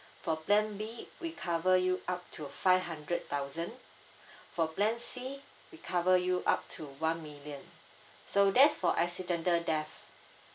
for plan B we cover you up to five hundred thousand for plan C we cover you up to one million so that's for accidental death